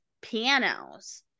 pianos